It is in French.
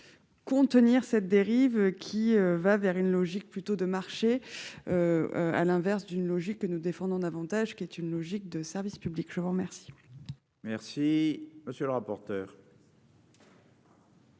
contenir cette dérive qui va vers une logique plutôt de marcher à l'inverse d'une logique que nous défendons davantage qui est une logique de service public, je vous remercie. Merci, monsieur le rapporteur.